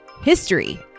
History